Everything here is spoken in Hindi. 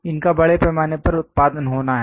इनका बड़े पैमाने पर उत्पादन होना है